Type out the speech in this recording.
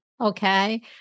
Okay